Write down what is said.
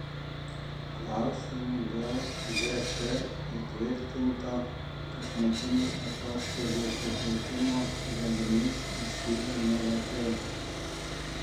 klausimų dėl dk įtvirtinto kasmetinių atostogų suteikimo dalimis iškyla neretai